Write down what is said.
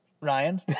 Ryan